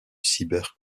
cyber